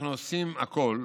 אנחנו עושים הכול,